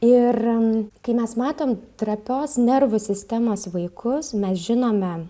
ir kai mes matom trapios nervų sistemos vaikus mes žinome